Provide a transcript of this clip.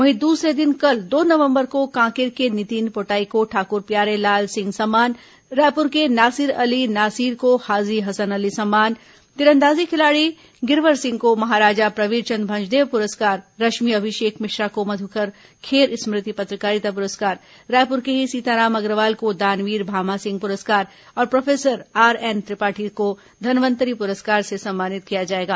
वहीं दूसरे दिन कल दो नवंबर को कांकेर के नितिन पोटाई को ठाकुर प्यारेलाल सिंह सम्मान रायपुर के नासिर अली नासिर को हाजी हसन अली सम्मान तीरंदाजी खिलाड़ी गिरवर सिंह को महाराजा प्रवीरचंद्र भंजदेव पुरस्कार रश्मि अभिषेक मिश्रा को मधुकर खेर स्मृति पत्रकारिता पुरस्कार रायपुर के ही सीताराम अग्रवाल को दानवीर भामा सिंह पुरस्कार और प्रोफेसर आरएन त्रिपाठी को धनवंतरि पुरस्कार से सम्मानित किया जाएगा